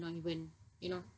not even you know